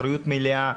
אחריות מלאה,